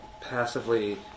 passively